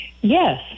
Yes